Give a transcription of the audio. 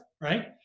right